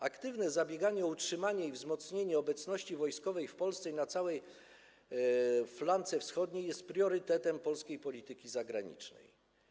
Aktywne zabieganie o utrzymanie i wzmocnienie obecności wojskowej w Polsce i na całej flance wschodniej jest priorytetem polskiej polityki zagranicznej.